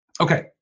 Okay